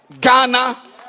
Ghana